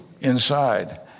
inside